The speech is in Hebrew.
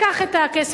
לקח את הכסף,